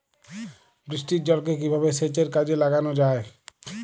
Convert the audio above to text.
বৃষ্টির জলকে কিভাবে সেচের কাজে লাগানো যায়?